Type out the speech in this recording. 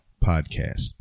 podcast